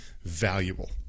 valuable